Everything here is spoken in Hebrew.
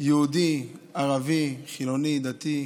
יהודי, ערבי, חילוני, דתי,